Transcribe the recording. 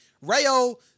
Rayo